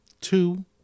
two